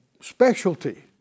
specialty